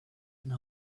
and